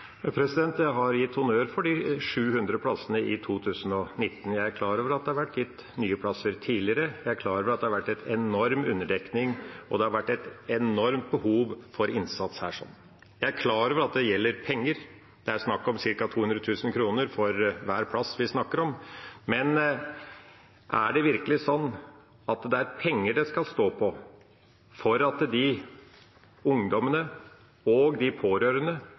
Jeg har gitt honnør for de 700 nye plassene i 2019. Jeg er klar over at det kom nye plasser tidligere, og jeg er klar over at det har vært en enorm underdekning og et enormt behov for innsats på dette området. Jeg er klar over at det gjelder penger – det er snakk om ca. 200 000 kr for hver plass vi snakker om – men er det virkelig sånn at det er penger det skal stå på for de ungdommene og de pårørende